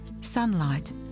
Sunlight